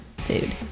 food